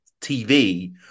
TV